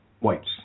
whites